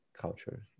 culture